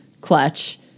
clutch